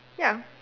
ya